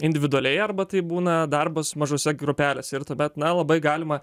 individualiai arba tai būna darbas mažose grupelėse ir tuomet na labai galima